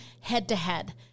head-to-head